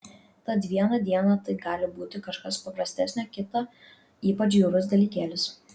tad vieną dieną tai gali būti kažkas paprastesnio kitą ypač bjaurus dalykėlis